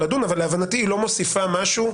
לדון אבל להבנתי היא לא מוסיפה משהו.